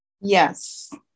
Yes